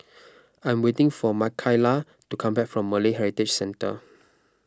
I am waiting for Makaila to come back from Malay Heritage Centre